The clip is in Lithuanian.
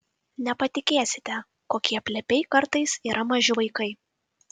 nepatikėsite kokie plepiai kartais yra maži vaikai